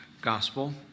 Gospel